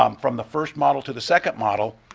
um from the first model to the second model,